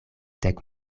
dek